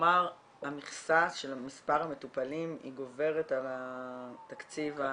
כלומר המכסה של מספר המטופלים היא גוברת על התקציב בתקנה?